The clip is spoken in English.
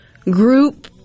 group